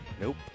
Nope